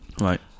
Right